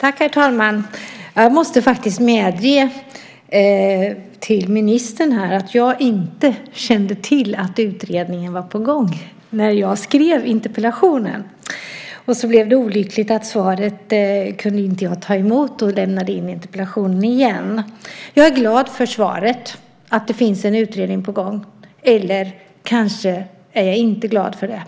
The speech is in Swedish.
Herr talman! Jag måste faktiskt medge till ministern att jag inte kände till att utredningen var på gång när jag skrev interpellationen. Så blev det så olyckligt att jag inte kunde ta emot svaret och lämnade in interpellationen igen. Jag är glad för svaret att det finns en utredning på gång. Eller kanske är jag inte glad för det.